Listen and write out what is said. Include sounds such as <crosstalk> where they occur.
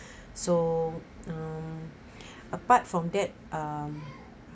<breath> so um apart from that um